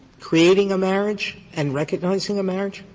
creating a marriage and recognizing a marriage?